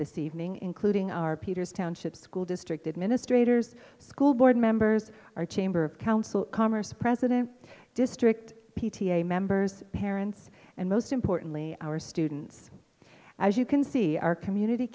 this evening including our peter's township school district administrators school board members our chamber of council commerce president district p t a members parents and most importantly our students as you can see our community